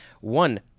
One